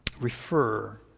refer